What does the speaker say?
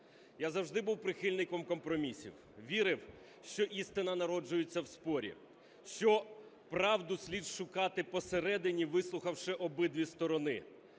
Я завжди був прихильником компромісів, вірив, що істина народжується в спорі, що правду слід шукати посередині, вислухавши обидві сторони.